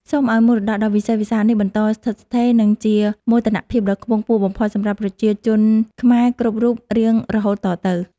សូមឱ្យមរតកដ៏វិសេសវិសាលនេះបន្តស្ថិតស្ថេរ និង ជាមោទនភាពដ៏ខ្ពង់ខ្ពស់បំផុតសម្រាប់ប្រជាជនខ្មែរគ្រប់រូបរៀងរហូតតទៅ។